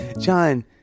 John